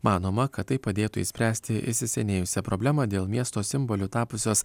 manoma kad tai padėtų išspręsti įsisenėjusią problemą dėl miesto simboliu tapusios